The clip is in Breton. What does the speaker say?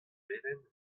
velen